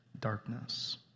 darkness